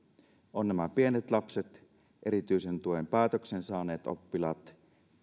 on pienet lapset erityisen tuen päätöksen saaneet oppilaat